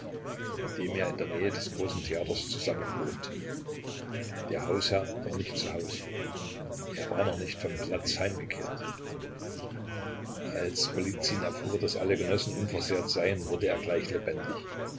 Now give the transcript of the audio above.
mit dem er in der nähe des großen theaters zusammenwohnte der hausherr war nicht zu hause er war noch nicht vom platz heimgekehrt als golizyn erfuhr daß alle genossen unversehrt seien wurde er gleich lebendig